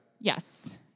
Yes